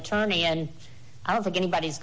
attorney and i don't think anybody's